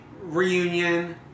reunion